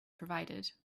provided